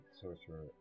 Sorcerer